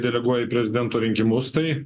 deleguoja į prezidento rinkimus tai